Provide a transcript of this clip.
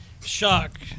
shock